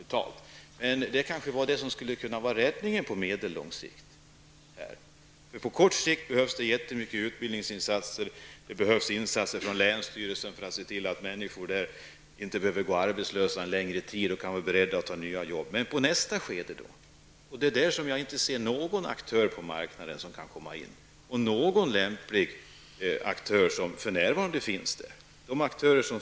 Men det kanske var detta som skulle kunna vara räddningen på medellång sikt. På kort sikt behövs det mycket utbildningsinsatser, det behövs insatser från länsstyrelsen för att se till att människor inte behöver gå arbetslösa en längre tid när de är beredda att nya jobb. Men vad händer i nästa skede? Där ser jag inga aktörer på marknaden som kan komma in. Det finns för närvarande inga lämpliga aktörer där.